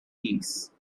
peace